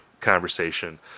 conversation